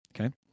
okay